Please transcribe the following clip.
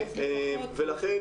ולכן,